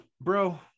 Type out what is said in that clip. Bro